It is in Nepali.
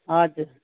हजुर